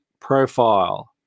profile